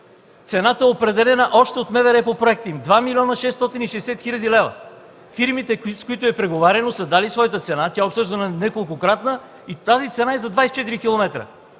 цената е определена от МВР по проекта им – 2 млн. 660 хил. лв. Фирмите, с които е преговаряно, са дали своята цена, тя е обсъждана неколкократно и тази цена е за 24 км.